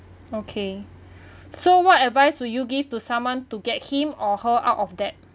okay so what advice would you give to someone to get him or her out of debt